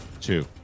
two